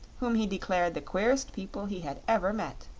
whom he declared the queerest people he had ever met.